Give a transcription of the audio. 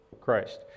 Christ